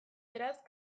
beraz